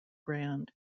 grande